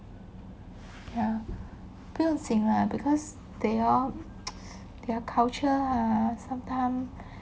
ya 不用紧啦 because they all their culture ah sometimes